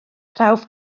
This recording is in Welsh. prawf